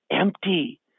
empty